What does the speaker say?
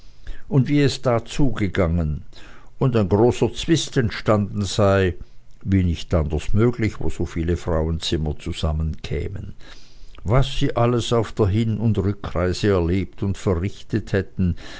und wie es da zugegangen und ein großer zwist entstanden sei wie nicht anders möglich wo so viele frauenzimmer zusammenkämen was sie alles auf der hin und rückreise erlebt und verrichtet hätten